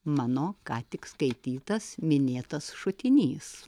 mano ką tik skaitytas minėtas šutinys